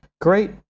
Great